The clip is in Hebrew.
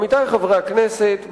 עמיתי חברי הכנסת,